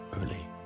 early